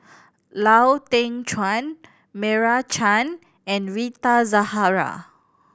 Lau Teng Chuan Meira Chand and Rita Zahara